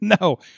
No